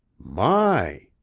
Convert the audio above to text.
my!